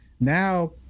Now